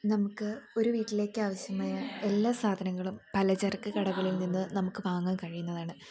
നമുക്ക് ഒരു വീട്ടിലേക്ക് ആവശ്യമായ എല്ലാ സാധനങ്ങളും പലചരക്ക് കടകളിൽ നിന്ന് നമുക്ക് വാങ്ങാൻ കഴിയുന്നതാണ്